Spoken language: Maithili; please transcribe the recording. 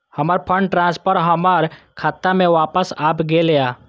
हमर फंड ट्रांसफर हमर खाता में वापस आब गेल या